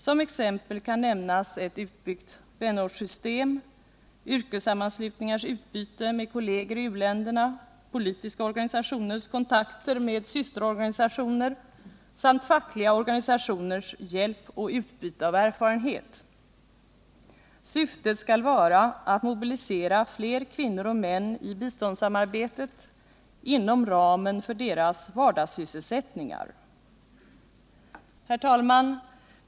Som exempel kan nämnas ett utbyggt vänortssystem, yrkessammanslutningars utbyte med kolleger i u-länderna, politiska organisationers kontakter med systerorganisationer samt fackliga organisationers hjälp och utbyte av erfarenhet. Syftet skall vara att mobilisera fler kvinnor och män i biståndssamarbetet inom ramen för deras vardagssysselsättningar. Herr talman!